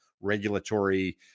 regulatory